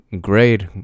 great